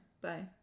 Bye